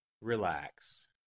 Relax